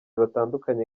batandukanye